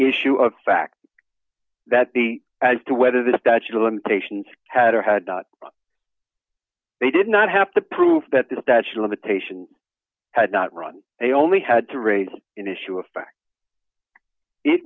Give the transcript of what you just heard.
issue of the fact that the as to whether the statute of limitations had or had not they did not have to prove that the statute of limitations had not run they only had to raise an issue of fact it